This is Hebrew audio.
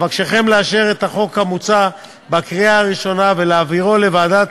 אבקשכם לאשר את החוק המוצע בקריאה הראשונה ולהעבירו לוועדת